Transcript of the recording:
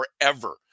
forever